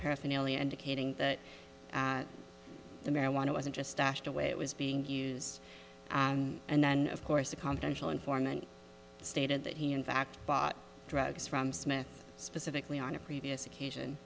paraphernalia indicating that the marijuana wasn't just stashed away it was being used and then of course the confidential informant stated that he in fact drugs from smith specifically on a previous occasion